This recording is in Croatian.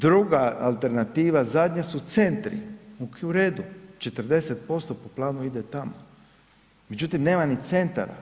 Druga alternativa zadnja su centri, u redu 40% po planu ide tamo, međutim nema ni centra.